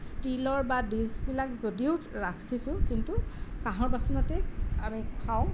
ষ্টিলৰ বা ডিছবিলাক যদিও ৰাখিছোঁ কিন্তু কাঁহৰ বাচনতেই আমি খাওঁ